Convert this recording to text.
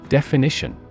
Definition